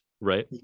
Right